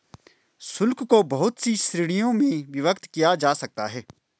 शुल्क को बहुत सी श्रीणियों में विभक्त किया जा सकता है